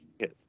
Yes